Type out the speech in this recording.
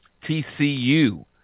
TCU